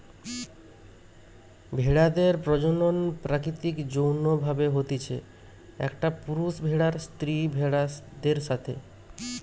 ভেড়াদের প্রজনন প্রাকৃতিক যৌন্য ভাবে হতিছে, একটা পুরুষ ভেড়ার স্ত্রী ভেড়াদের সাথে